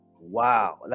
wow